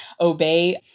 obey